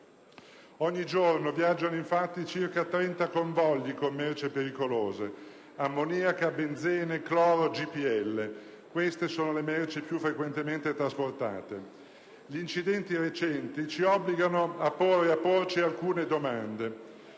Ogni giorno viaggiano infatti circa 30 convogli con merci pericolose: ammoniaca, benzene, cloro, GPL; queste sono le merci più frequentemente trasportate. Gli incidenti recenti ci obbligano a porre e a porci alcune domande.